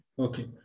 Okay